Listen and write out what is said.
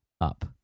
up